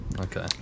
Okay